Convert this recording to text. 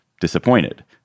disappointed